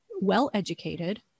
well-educated